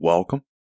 Welcome